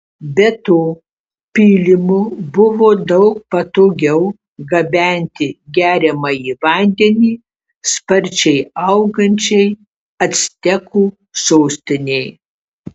be to pylimu buvo daug patogiau gabenti geriamąjį vandenį sparčiai augančiai actekų sostinei